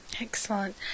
Excellent